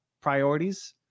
priorities